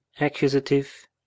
Accusative